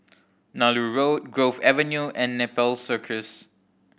Nallur Road Grove Avenue and Nepal Circus